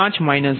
50 0